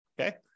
Okay